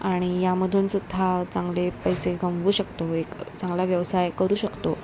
आणि यामधूनसुद्धा चांगले पैसे कमवू शकतो एक चांगला व्यवसाय करू शकतो